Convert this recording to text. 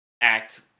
act